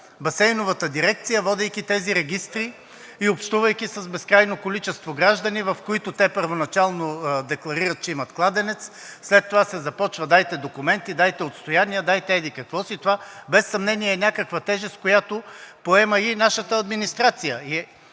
Басейновата дирекция, водейки тези регистри и общувайки с безкрайно количество граждани, в които те първоначално декларират, че имат кладенец, след това се започва – дайте документи, дайте отстояния, дайте еди-какво си. Това без съмнение е някаква тежест, която поема и нашата администрация.